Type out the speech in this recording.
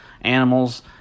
animals